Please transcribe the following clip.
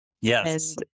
Yes